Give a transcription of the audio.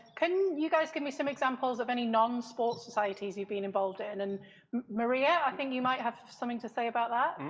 can you guys give me some examples of any non-sport societies you've been involved in? and maria, i think you might have something to say about that?